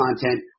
content